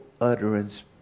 utterance